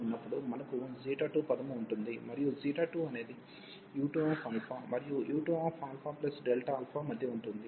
ఇక్కడ మనకు 2 పదము ఉంది మరియు 2అనేది u2α మరియు u2α మధ్య ఉంటుంది